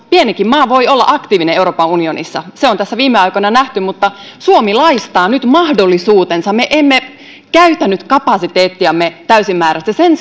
pienikin maa voi olla aktiivinen euroopan unionissa se on tässä viime aikoina nähty mutta suomi laistaa nyt mahdollisuutensa me emme käytä nyt kapasiteettiamme täysimääräisesti sen